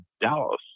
Dallas